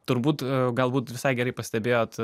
turbūt galbūt visai gerai pastebėjot